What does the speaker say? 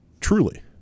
truly